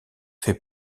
fait